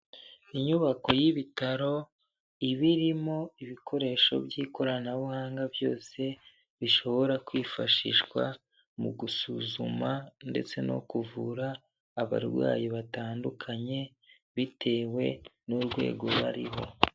nyubako y'ibitaro iba irimo ibikoresho by'ikoranabuhanga byose bishobora kwifashishwa mu gusuzuma ndetse no kuvura abarwayi batandukanye bitewe n'urwego bariho.